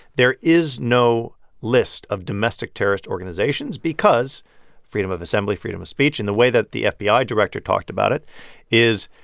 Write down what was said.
there is no list of domestic terrorist organizations because freedom of assembly, freedom of speech. and the way that the fbi ah director talked about it is,